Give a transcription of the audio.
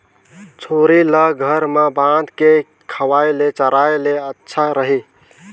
छेरी ल घर म बांध के खवाय ले चराय ले अच्छा रही?